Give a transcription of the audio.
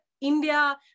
India